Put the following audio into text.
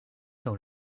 dans